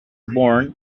born